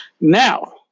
Now